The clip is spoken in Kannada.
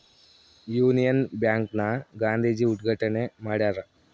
ಯುನಿಯನ್ ಬ್ಯಾಂಕ್ ನ ಗಾಂಧೀಜಿ ಉದ್ಗಾಟಣೆ ಮಾಡ್ಯರ